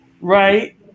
Right